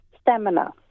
stamina